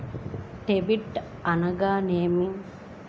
Debit అనగానేమి?